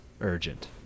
urgent